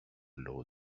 low